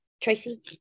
Tracy